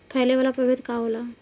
फैले वाला प्रभेद का होला?